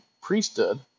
priesthood